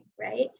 right